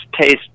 taste